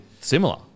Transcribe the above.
similar